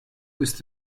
ist